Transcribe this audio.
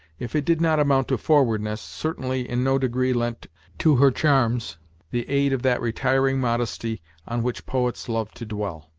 if it did not amount to forwardness, certainly in no degree lent to her charms the aid of that retiring modesty on which poets love to dwell.